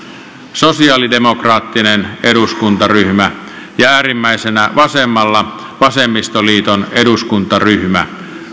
sosialidemokraattinen eduskuntaryhmä ja äärimmäisenä vasemmalla vasemmistoliiton eduskuntaryhmä